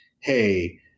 Hey